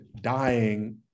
dying